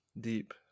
deep